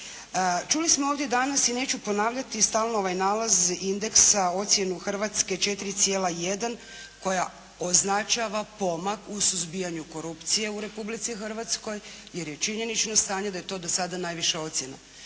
Čuli smo ovdje danas i neću ponavljati stalno ovaj nalaz indeksa, ocjenu Hrvatske 4,1 koja označava pomak u suzbijanju korupcije u Republici Hrvatskoj, jer je činjenično stanje da je to do sada najviša ocjena.